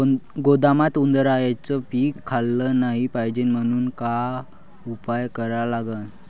गोदामात उंदरायनं पीक खाल्लं नाही पायजे म्हनून का उपाय करा लागन?